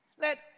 Let